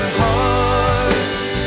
hearts